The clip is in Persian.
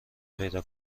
پیدا